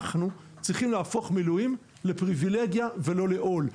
אנחנו צריכים להפוך מילואים לפריווילגיה ולא לעול.